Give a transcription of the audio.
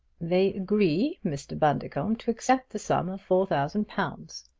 they agree, mr. bundercombe, to accept the sum of four thousand pounds.